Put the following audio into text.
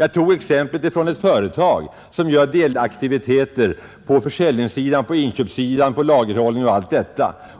Jag tog ett exempel från ett företag som gör delaktiviteter på försäljningssidan, på inköpssidan, i fråga om lagerhållningen osv.